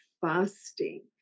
fasting